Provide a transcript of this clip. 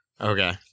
Okay